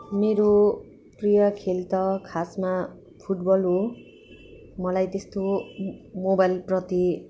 मेरो प्रिय खेल त खासमा फुटबल हो मलाई त्यस्तो म मोबाइल प्रति